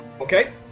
Okay